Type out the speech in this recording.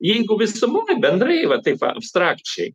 jeigu visumoj bendrai va taip abstrakčiai